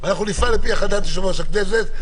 אנחנו נפעל על פי החלטת יושב-ראש הכנסת.